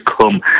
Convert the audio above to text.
come